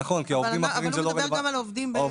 אבל הוא מדבר גם על עובדים --- נכון,